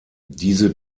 diese